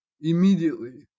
immediately